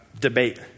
debate